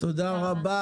תודה רבה.